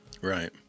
Right